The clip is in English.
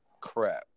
crap